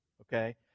okay